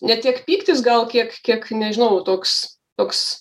ne tiek pyktis gal kiek kiek nežinau toks toks